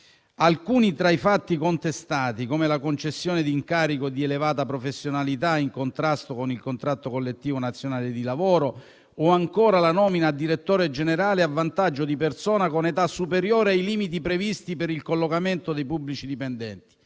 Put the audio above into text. Alcuni tra i fatti contestati, come la concessione di incarico di elevata professionalità in contrasto con il contratto collettivo nazionale di lavoro, o ancora la nomina a direttore generale a vantaggio di persona con età superiore ai limiti previsti per il collocamento dei pubblici dipendenti